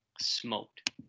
smoked